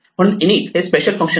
म्हणून in it हे special function आहे